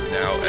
now